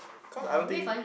cause I don't think